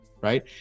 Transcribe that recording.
Right